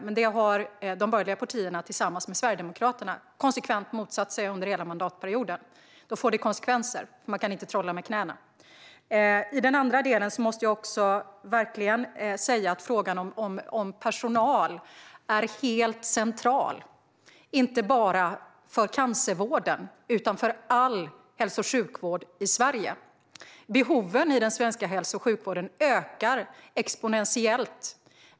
Men det har de borgerliga partierna tillsammans med Sverigedemokraterna konsekvent motsatt sig under hela mandatperioden. Det får konsekvenser, för man kan inte trolla med knäna. I den andra delen måste jag verkligen säga att frågan om personal är helt central inte bara för cancervården utan för all hälso och sjukvård i Sverige. Behoven i den svenska hälso och sjukvården ökar exponentiellt.